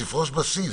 תפרוש בשיא,